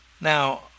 Now